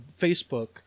Facebook